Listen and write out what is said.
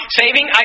saving